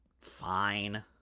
fine